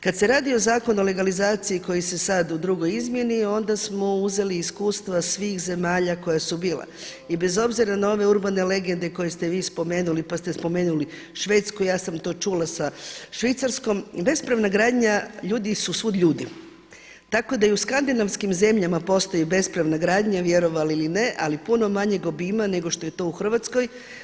Kad se radi o Zakonu o legalizaciji koji je sada u drugoj izmjeni onda smo uzeli iskustva svih zemalja koja su bila i bez obzira na ove urbane legende koje ste vi spomenuli pa ste spomenuli Švedsku ja sam to čula sa Švicarskom, bespravna gradnja ljudi su svuda ljudi, tako da i u skandinavskim zemljama postoji bespravna gradnja vjerovali ili ne ali puno manjeg obima nego što je to u Hrvatskoj.